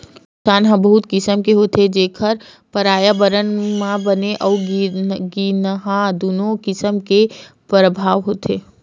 सिचई ह बहुत किसम ले होथे जेखर परयाबरन म बने अउ गिनहा दुनो किसम ले परभाव होथे